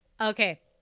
Okay